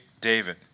David